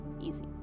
easy